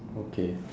okay